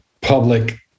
public